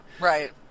Right